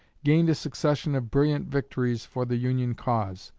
gained a succession of brilliant victories for the union cause.